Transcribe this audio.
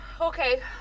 okay